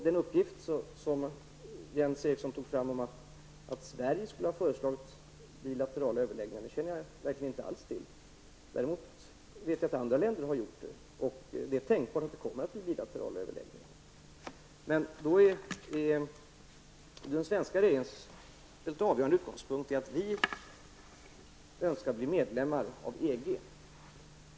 Den uppgift som Jens Eriksson tog fram om att Sverige skulle ha föreslagit bilaterala överläggningar känner jag inte alls till. Däremot vet jag att andra länder har gjort det, och det är tänkbart att det kommer att bli bilaterala överläggningar. Den svenska regeringens helt avgörande utgångspunkt är att vi önskar bli medlemmar av EG.